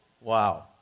Wow